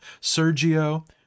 Sergio